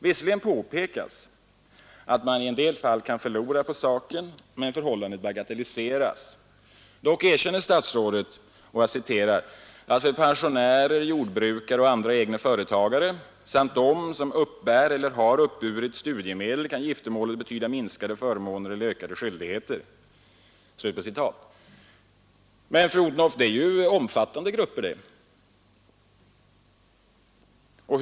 Visserligen påpekas att man i en del fall kan förlora på saken, men förhållandet bagatelliseras. Dock erkänner statsrådet att ”för pensionärer, jordbrukare och andra egna företagare samt dem som uppbär eller har uppburit studiemedel kan giftermålet betyda minskade förmåner eller ökade skyldigheter”. Men, fru Odhnoff, det är ju mycket omfattande grupper som där anges.